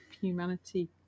humanity